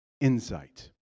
insight